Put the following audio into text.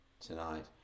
tonight